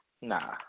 Nah